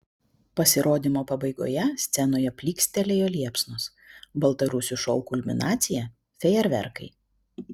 pasirodymo pabaigoje scenoje plykstelėjo liepsnos baltarusių šou kulminacija fejerverkai